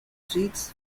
treats